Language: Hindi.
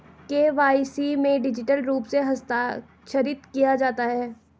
के.वाई.सी में डिजिटल रूप से हस्ताक्षरित किया जाता है